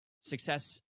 Success